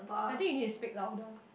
I think you need to speak louder